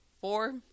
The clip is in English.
four